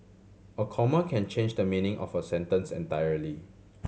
a comma can change the meaning of a sentence entirely